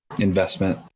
investment